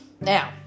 Now